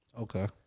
Okay